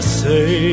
say